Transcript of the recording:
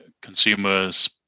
consumers